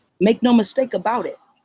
make no mistake about it.